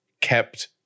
kept